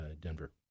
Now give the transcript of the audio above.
Denver